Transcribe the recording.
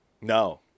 No